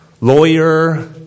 lawyer